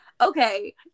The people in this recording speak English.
Okay